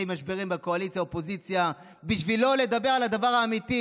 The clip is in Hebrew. משברים בקואליציה אופוזיציה כדי לא לדבר על הדבר האמיתי.